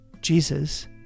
Jesus